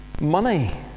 money